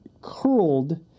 curled